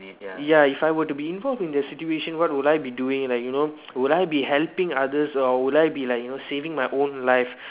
ya if I were to be involve in that situation what would I be doing like you know would I be helping others or would I be like you know saving my own life